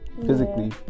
physically